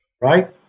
right